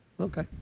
Okay